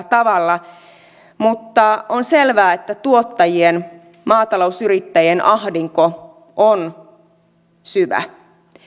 tavalla mutta on selvää että tuottajien maatalousyrittäjien ahdinko on syvä